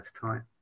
time